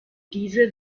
diese